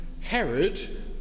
Herod